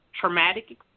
traumatic